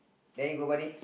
there you go buddy